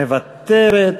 מוותרת,